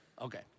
Okay